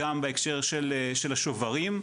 גם בהקשר של השוברים,